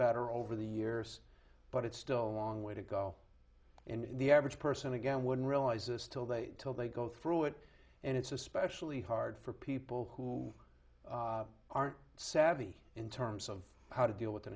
better over the years but it's still a long way to go in the average person again wouldn't realize this till date till they go through it and it's especially hard for people who aren't savvy in terms of how to deal with an